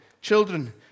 Children